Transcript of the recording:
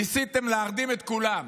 ניסיתם להרדים את כולם,